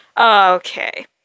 Okay